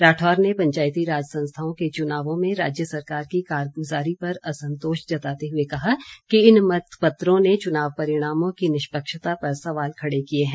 राठौर ने पंचायती राज संस्थाओं के चुनावों में राज्य सरकार की कारगुजारी पर असंतोष जताते हुए कहा कि इन मतपत्रों ने चुनाव परिणामों की निष्पक्षता पर सवाल खड़े किए हैं